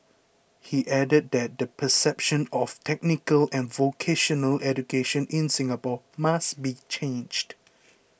he added that the perception of technical and vocational education in Singapore must be changed